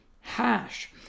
hash